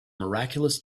miraculous